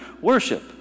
worship